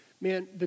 Man